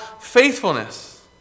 faithfulness